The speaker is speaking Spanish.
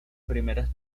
primeras